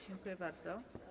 Dziękuję bardzo.